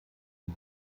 wie